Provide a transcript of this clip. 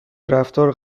رفتار